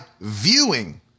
viewing